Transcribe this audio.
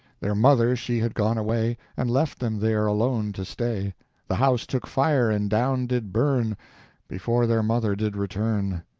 their mother she had gone away, and left them there alone to stay the house took fire and down did burn before their mother did return.